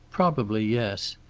probably yes.